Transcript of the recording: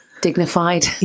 Dignified